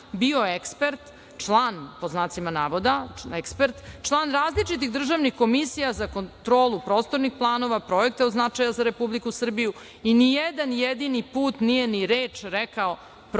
bio ekspert, pod znacima navoda ekspert, član različitih državnih komisija za kontrolu prostornih planova, projekata od značaja za Republiku Srbiju i ni jedan jedini put nije ni reč rekao